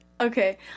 Okay